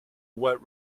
what